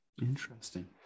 Interesting